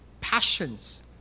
passions